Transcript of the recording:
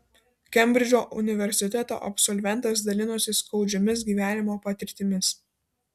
kembridžo universiteto absolventas dalinosi skaudžiomis gyvenimo patirtimis